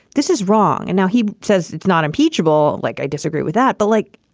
this is wrong. and now he says it's not impeachable. like, i disagree with that. but like,